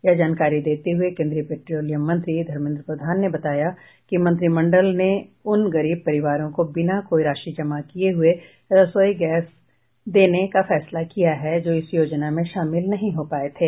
यह जानकारी देते हुए केन्द्रीय पेट्रोलियम मंत्री धर्मेन्द्र प्रधान ने बताया कि मंत्रिमंडल ने उन गरीब परिवारों को बिना कोई राशि जमा किये हुए रसोई गैस देने का फैसला किया है जो इस योजना में शामिल नहीं हो पाये थे